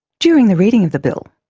during the reading of the bill,